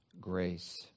grace